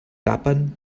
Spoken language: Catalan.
tapen